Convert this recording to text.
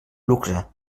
luxe